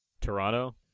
Toronto